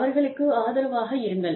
அவர்களுக்கு ஆதரவாக இருங்கள்